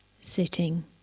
sitting